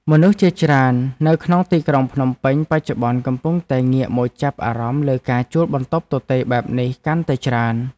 មនុស្សជាច្រើននៅក្នុងទីក្រុងភ្នំពេញបច្ចុប្បន្នកំពុងតែងាកមកចាប់អារម្មណ៍លើការជួលបន្ទប់ទទេរបែបនេះកាន់តែច្រើន។